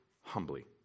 humbly